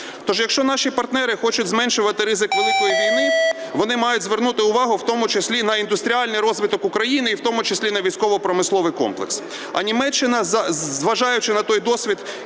Тож, якщо наші партнери хочуть зменшувати ризик великої війни, вони мають звернути увагу в тому числі на індустріальний розвиток України, і в тому числі на військово-промисловий комплекс.